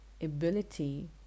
ability